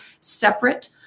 separate